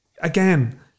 again